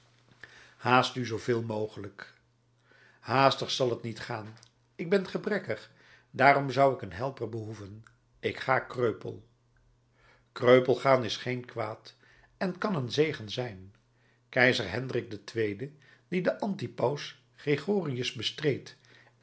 haast u zooveel mogelijk haastig zal t niet gaan ik ben gebrekkig daarom zou ik een helper behoeven ik ga kreupel kreupel gaan is geen kwaad en kan een zegen zijn keizer hendrik ii die den anti paus gregorius bestreed